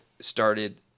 started